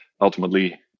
ultimately